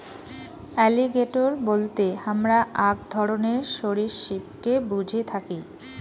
alligator বলতে হামরা আক ধরণের সরীসৃপকে বুঝে থাকি